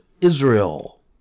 Israel